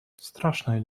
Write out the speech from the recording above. страшное